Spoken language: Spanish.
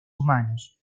humanos